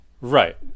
right